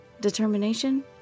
Determination